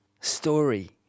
story